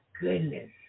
goodness